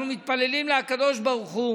אנחנו מתפללים לקדוש ברוך הוא